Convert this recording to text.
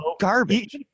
garbage